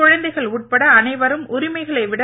குழந்தைகள் உட்பட அனைவரும் உரிமைகளை விட